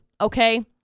Okay